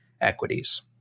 equities